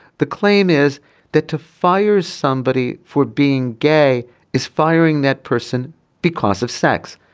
the claim is that to fire somebody for being gay is firing that person because of sex.